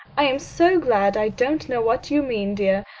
i am so glad i don't know what you mean, dear.